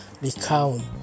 recount